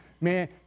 man